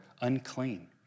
unclean